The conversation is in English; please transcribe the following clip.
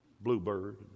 bluebird